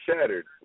shattered